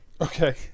Okay